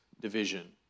division